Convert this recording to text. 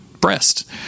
breast